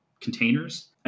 containers